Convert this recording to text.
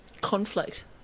conflict